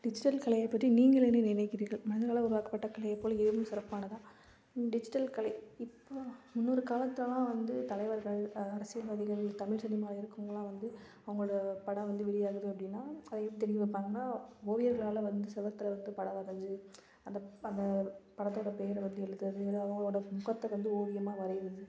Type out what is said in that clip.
digital கலையை பற்றி நீங்கள் என்ன நினைக்கிறீர்கள் மனிதர்களால் உருவாக்கப்பட்ட கலையைப் போல் ஏதும் சிறப்பானதா டிஜிட்டல் கலை இப்போது முன்னொரு காலத்திலலாம் வந்து தலைவர்கள் அரசியல்வாதிகள் தமிழ் சினிமாவில் இருக்கிறவங்கள்லாம் வந்து அவங்களோட படம் வந்து வெளியாகுது அப்படின்னா அதை எப்படி தெரிய வைப்பாங்கன்னால் ஓவியர்களால் வந்து செவத்துல வந்து படம் வரைஞ்சு அந்த அந்த படத்தோடய பேரை வந்து எழுதறது இவங்களோடய் முகத்தை வந்து ஓவியமாக வரையறது